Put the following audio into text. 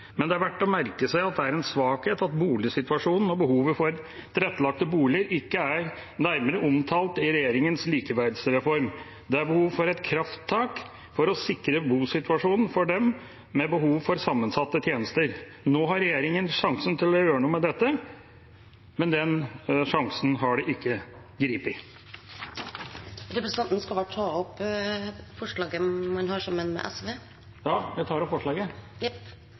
Men det er verdt å merke seg at det er en svakhet at boligsituasjonen og behovet for tilrettelagte boliger ikke er nærmere omtalt i regjeringas likeverdsreform. Det er behov for et krafttak for å sikre bosituasjonen for dem med behov for sammensatte tjenester. Nå har regjeringa sjansen til å gjøre noe med dette, men den sjansen har de ikke grepet. Jeg tar opp forslagene fra Arbeiderpartiet og SV. Representanten Tore Hagebakken har tatt opp